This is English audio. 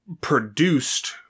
produced